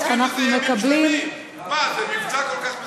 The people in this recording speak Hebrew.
ואנחנו מקבלים, מה, זה מבצע כל כך מסובך?